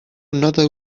another